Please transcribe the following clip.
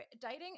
dating